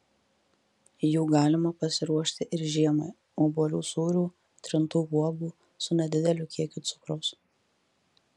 jų galima pasiruošti ir žiemai obuolių sūrių trintų uogų su nedideliu kiekiu cukraus